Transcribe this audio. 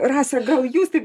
rasa gal jūs tik